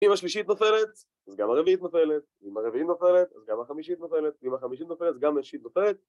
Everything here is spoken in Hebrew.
אם השלישית נופלת אז גם הרביעית נופלת ואם הרביעית נופלת אז גם החמישית נופלת ואם החמישית נופלת אז גם השישית נופלת